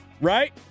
right